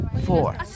four